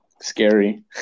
scary